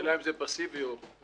השאלה אם זה פסיבי או אקטיבי.